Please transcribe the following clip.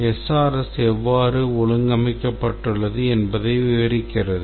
SRS எவ்வாறு ஒழுங்கமைக்கப்பட்டுள்ளது என்பதை விவரிக்கிறது